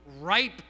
ripe